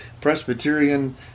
Presbyterian